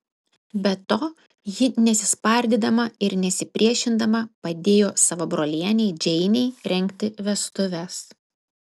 be to ji nesispardydama ir nesipriešindama padėjo savo brolienei džeinei rengti vestuves